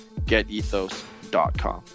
GetEthos.com